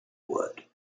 wood